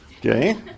Okay